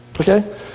Okay